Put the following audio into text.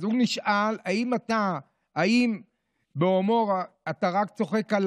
אז הוא נשאל: האם בהומור אתה רק צוחק על